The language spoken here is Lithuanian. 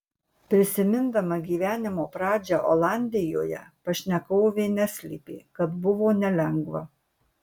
prisimindama gyvenimo pradžią olandijoje pašnekovė neslėpė kad buvo nelengva